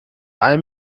ein